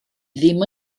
ddim